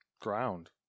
ground